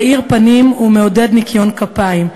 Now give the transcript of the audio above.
מאיר פנים ומעודד ניקיון כפיים,